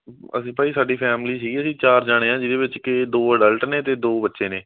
ਅਸੀਂ ਭਾਅ ਜੀ ਸਾਡੀ ਫੈਮਲੀ ਸੀ ਅਸੀਂ ਚਾਰ ਜਣੇ ਆ ਜਿਹਦੇ ਵਿੱਚ ਕਿ ਦੋ ਅਡਲਟ ਨੇ ਅਤੇ ਦੋ ਬੱਚੇ ਨੇ